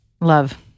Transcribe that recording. Love